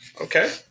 Okay